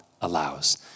allows